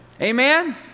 Amen